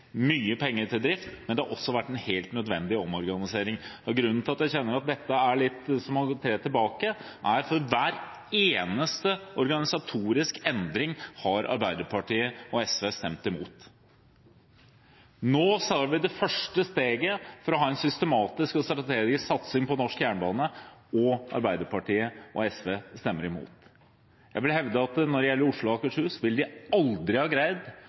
mye penger til drift, men det har også vært en helt nødvendig omorganisering. Grunnen til at jeg kjenner at dette er som å tre mange år tilbake, er at for hver eneste organisatoriske endring har Arbeiderpartiet og SV stemt imot. Nå tar vi det første steget for å ha en systematisk og strategisk satsing på norsk jernbane, og Arbeiderpartiet og SV stemmer imot. Jeg vil hevde at når det gjelder Oslo og Akershus, ville de aldri ha greid